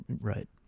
Right